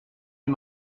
est